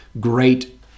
great